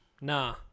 nah